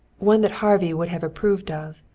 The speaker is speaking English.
one that harvey would have approved of,